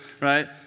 right